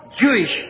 Jewish